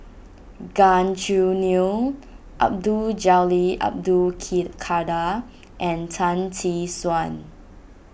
Gan Choo Neo Abdul Jalil Abdul Ki Kadir and Tan Tee Suan